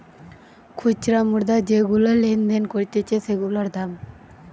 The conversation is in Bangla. খুচরা মুদ্রা যেগুলা লেনদেন করতিছে সেগুলার দাম